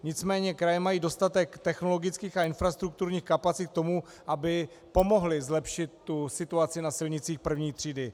Nicméně kraje mají dostatek technologických a infrastrukturních kapacit k tomu, aby pomohly zlepšit situaci na silnicích první třídy.